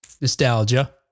nostalgia